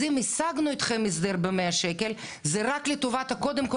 אז אם השגנו איתכם הסדר במאה שקל זה רק לטובת קודם כל